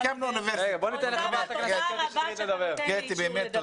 תודה רבה שאתה נותן לי לדבר.